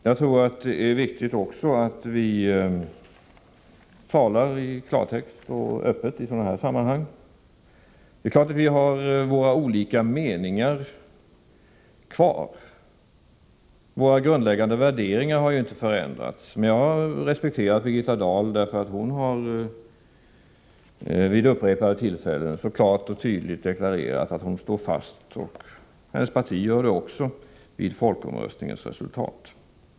Jag tror också det är viktigt att vi talar i klartext och öppet i detta sammanhang. Vi har våra olika meningar kvar. Våra grundläggande värderingar har inte förändrats. Men jag har respekterat Birgitta Dahl därför att hon vid upprepade tillfällen klart och tydligt har deklarerat att hon och hennes parti står fast vid folkomröstningens resultat.